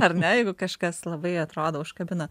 ar ne jeigu kažkas labai atrodo užkabina